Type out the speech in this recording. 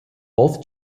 both